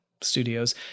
studios